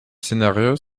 scénarios